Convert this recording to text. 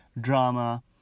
drama